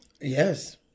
Yes